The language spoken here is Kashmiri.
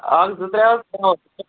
اَکھ زٕ ترٛے حظ